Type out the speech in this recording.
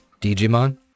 Digimon